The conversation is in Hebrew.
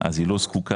אז היא לא זקוקה,